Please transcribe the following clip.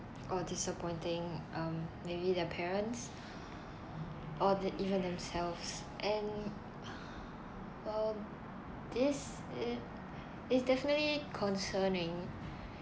or disappointing um maybe their parents or the~ even themselves and uh this it's definitely concerning